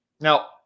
Now